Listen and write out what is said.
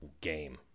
game